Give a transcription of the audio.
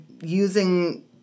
using